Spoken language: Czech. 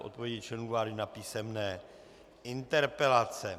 Odpovědi členů vlády na písemné interpelace